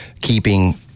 keeping